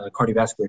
cardiovascular